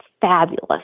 fabulous